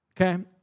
Okay